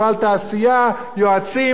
יועצים בהון עתק.